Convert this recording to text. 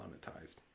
monetized